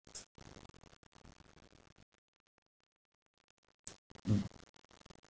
mm